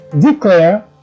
declare